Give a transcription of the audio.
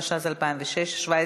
התשע"ז 2017,